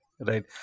right